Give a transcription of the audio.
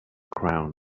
crown